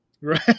Right